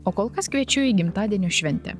o kol kas kviečiu į gimtadienio šventę